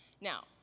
Now